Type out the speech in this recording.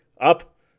up